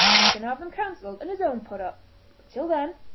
he can have them cancelled, and his own put up but till then,